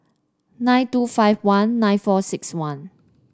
nine two five one nine four six one